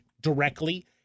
directly